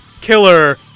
killer